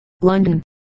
London